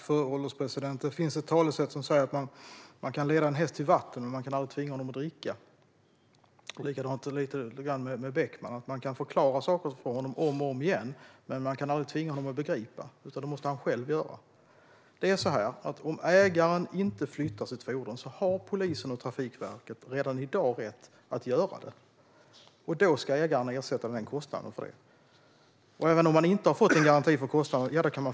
Fru ålderspresident! Det finns ett talesätt som lyder: Man kan leda en häst till vatten, men man kan aldrig tvinga den att dricka. Det är lite grann likadant med Beckman. Man kan förklara saker för honom om och om igen, men man kan aldrig tvinga honom att begripa, utan det måste han göra själv. Om ägaren inte flyttar sitt fordon har polisen och Trafikverket redan i dag rätt att göra det, och då ska ägaren ersätta kostnaden för det. Man kan flytta bilarna även om man inte har fått en garanti för kostnaderna.